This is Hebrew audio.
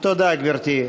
תודה, גברתי.